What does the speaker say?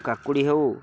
କାକୁଡ଼ି ହେଉ